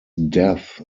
death